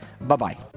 Bye-bye